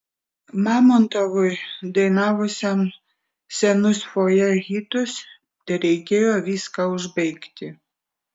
mamontovui dainavusiam senus fojė hitus tereikėjo viską užbaigti